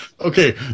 Okay